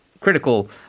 Critical